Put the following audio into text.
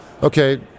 okay